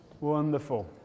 wonderful